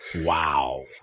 wow